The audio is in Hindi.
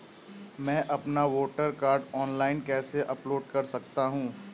मैं अपना वोटर कार्ड ऑनलाइन कैसे अपलोड कर सकता हूँ?